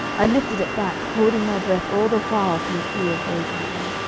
i lifted it back, holding my breath all the while through fear of waking her.